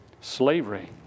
slavery